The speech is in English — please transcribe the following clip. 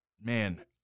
Man